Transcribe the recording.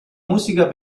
musica